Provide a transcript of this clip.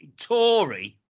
Tory